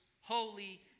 holy